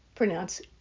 pronounce